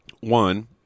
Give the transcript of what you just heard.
One